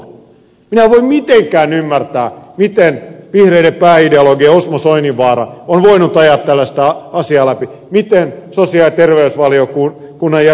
minä en voi mitenkään ymmärtää miten vihreiden pääideologi osmo soininvaara on voinut ajaa tällaista asiaa läpi miten sosiaali ja terveysvaliokunnan jäsen ed